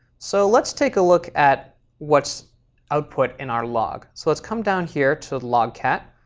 so let's take a look at what's output in our log. so let's come down here to the logcat,